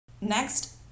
Next